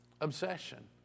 obsession